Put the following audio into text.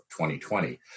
2020